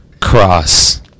Cross